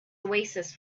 oasis